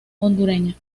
hondureña